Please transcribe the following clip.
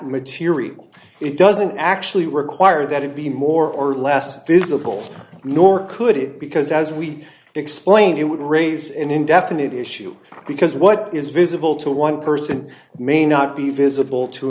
material it doesn't actually require that it be more or less visible nor could it because as we explained it would raise an indefinite issue because what is visible to one person may not be visible to